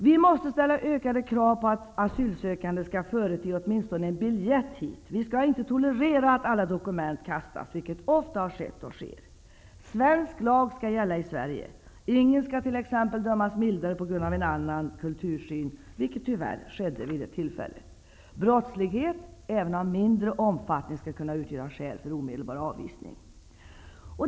Vi måste ställa ökade krav på att asylsökande skall förete åtminstone en biljett hit. Vi skall inte tolerera att alla dokument kastas, vilket ofta har skett och sker. Svensk lag skall gälla i Sverige. Ingen skall t.ex. dömas mildare på grund av annan kultursyn, vilket tyvärr har skett vid ett tillfälle. Brottslighet -- även av mindre omfattning -- skall kunna utgöra skäl för omedelbar avvisning.